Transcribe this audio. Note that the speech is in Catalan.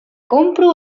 compro